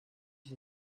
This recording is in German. ich